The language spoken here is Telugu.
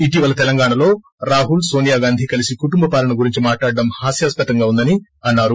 ఇటీవల తెలంగాణలో రాహుల్ నోనియాగాంధీ కలిసి కుటుంబపాలన గురించి మాట్లాడటం హాస్యాస్పదంగా వుందని అన్నారు